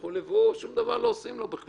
ושום דבר לא עושים לו.